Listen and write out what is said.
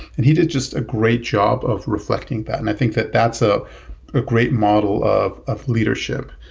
and he did just a great job of reflecting that, and i think that that's ah a great model of of leadership.